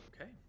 Okay